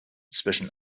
zwischen